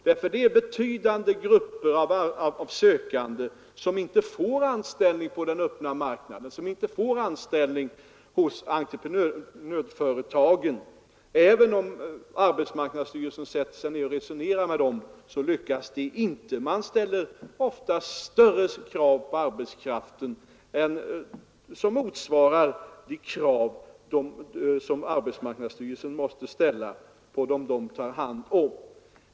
Det finns betydande grupper av sökande som inte får anställning på den öppna marknaden, t.ex. hos entreprenörsföretagen. Även om man i arbetsmarknadsstyrelsen sätter sig ner och resonerar med dessa, lyckas det inte, därför att det ställs större krav på arbetskraften där än vad som motsvarar de krav arbetsmarknadsstyrelsen måste ställa på de personer arbetsmarknadsstyrelsen tar hand om.